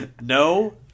No